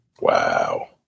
wow